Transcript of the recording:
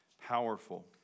powerful